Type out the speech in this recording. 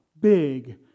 big